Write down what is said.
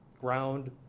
ground